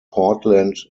portland